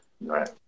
Right